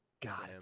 God